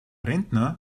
rentner